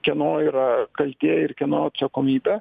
kieno yra kaltė ir kieno atsakomybė